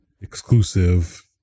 exclusive